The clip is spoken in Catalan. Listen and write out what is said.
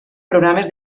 programes